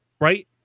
right